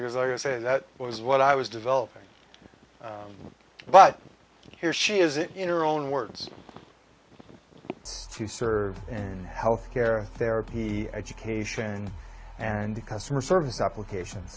because i say that was what i was developing but here she is it in her own words to serve and health care therapy education and the customer service application